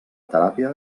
teràpia